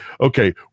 okay